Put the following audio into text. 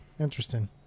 Interesting